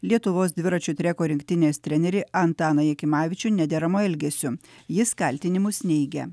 lietuvos dviračių treko rinktinės trenerį antaną jakimavičių nederamu elgesiu jis kaltinimus neigia